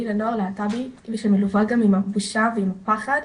לנוער להט"בי מתלווה גם הבושה והפחד,